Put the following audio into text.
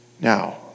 Now